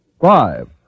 Five